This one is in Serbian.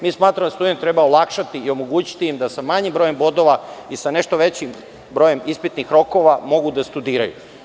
Mi smatramo da studentima treba olakšati i omogućiti im da sa manjim brojem bodova i sa nešto većim brojem ispitnih rokova mogu da studiraju.